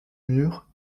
mur